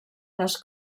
les